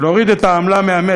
להוריד את העמלה מהמת.